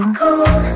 cool